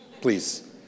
Please